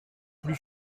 plus